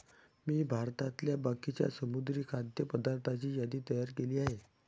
मी भारतातल्या बाकीच्या समुद्री खाद्य पदार्थांची यादी तयार केली आहे